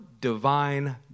Divine